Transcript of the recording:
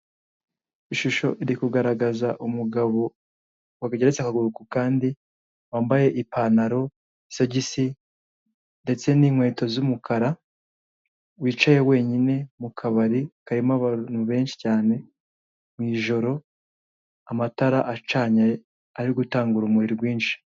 Ishusho iri kugaragaza umugabo wageretse akaguru ku kandi wambaye ipantaro ni isogisi ndetse n'inkweto z'umukara. yicaye wenyine mu kabari karimo abantu benshi cyane mu ijoro, amatara acanye ari gutanga urumuri rwinshi.